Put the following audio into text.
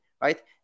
right